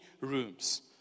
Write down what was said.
rooms